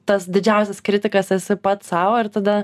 tas didžiausias kritikas esi pats sau ir tada